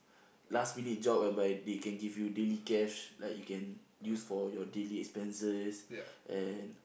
last minute job whereby they can give you daily cash like you can use for your daily expenses and